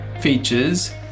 features